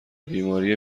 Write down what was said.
بیماری